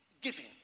giving